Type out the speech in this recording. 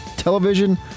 television